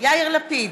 יאיר לפיד,